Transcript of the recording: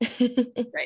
Right